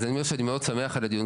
אז אני אומר שאני מאוד שמח על הדיון,